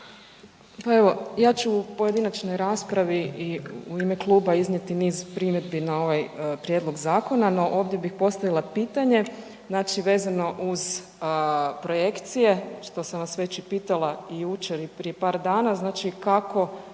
Pa evo, ja ću u pojedinačnoj raspravi i u ime kluba iznijeti niz primjedbi na ovaj prijedlog zakona, no ovdje bih postavila pitanje. Znači, vezano uz projekcije, što sam vas već i pitala i jučer i prije par dana, znači kako